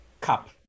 cup